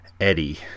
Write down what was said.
Eddie